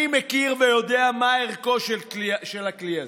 אני מכיר ויודע מה ערכו של הכלי הזה.